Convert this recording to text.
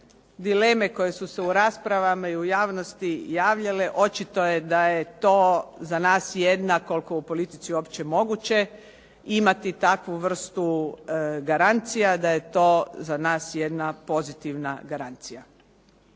dileme koje su se u raspravama i u javnosti očito je da je to za nas jedna, koliko je u politici uopće moguće imati takvu vrstu garancija da je to za nas jedna pozitivna garancija.